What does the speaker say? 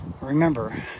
Remember